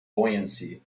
buoyancy